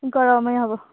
গৰমেই হ'ব